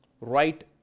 right